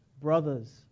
brothers